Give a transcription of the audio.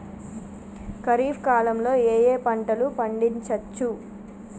ఖరీఫ్ కాలంలో ఏ ఏ పంటలు పండించచ్చు?